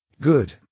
Good